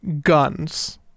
guns